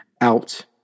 Out